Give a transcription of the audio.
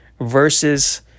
versus